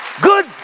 good